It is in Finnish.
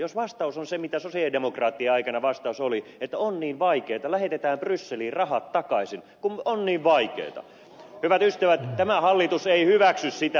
jos vastaus on se mikä sosialidemokraattien aikana vastaus oli että on niin vaikeata lähetetään brysseliin rahat takaisin kun on niin vaikeata niin hyvät ystävät tämä hallitus ei hyväksy sitä